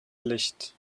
licht